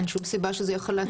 אין שום סיבה שזה יהיה חל"ת.